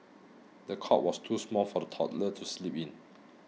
the cot was too small for the toddler to sleep in